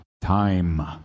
time